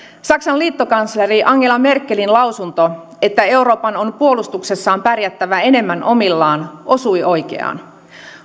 saksan liittokansleri angela merkelin lausunto että euroopan on puolustuksessaan pärjättävä enemmän omillaan osui oikeaan